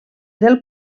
del